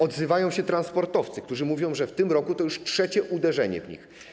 Odzywają się transportowcy, którzy mówią, że w tym roku to już trzecie uderzenie w nich.